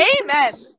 amen